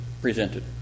presented